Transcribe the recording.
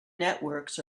networks